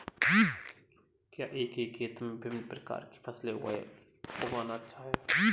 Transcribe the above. क्या एक ही खेत में विभिन्न प्रकार की फसलें उगाना अच्छा है?